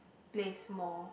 place more